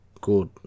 good